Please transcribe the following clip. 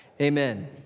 amen